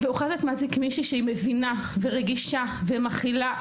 ואוחזת מעצמי כמישהי שהיא מבינה ורגישה ומכילה.